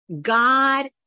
God